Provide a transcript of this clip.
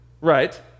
Right